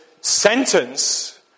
sentence